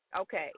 okay